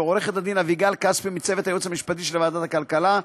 ולעורכת הדין אביגל כספי מצוות הייעוץ המשפטי של ועדת הכלכלה,